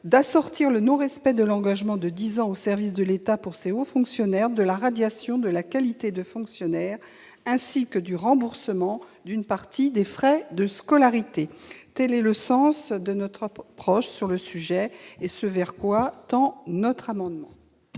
d'assortir le non-respect de l'engagement de dix ans au service de l'État pour ces hauts fonctionnaires de la radiation de la qualité de fonctionnaire, ainsi que du remboursement d'une partie des frais de scolarité. Quel est l'avis de la commission sur ces différents amendements